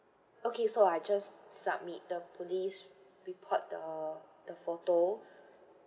okay so I just submit the police report the the photo